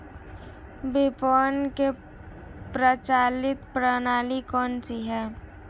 विपणन की प्रचलित प्रणाली कौनसी है?